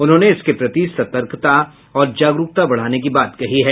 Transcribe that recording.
उन्होंने इसके प्रति सतर्कता और जागरूकता बढ़ाने की बात कही है